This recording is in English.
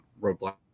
roadblock